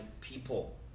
people